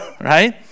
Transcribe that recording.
right